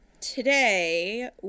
today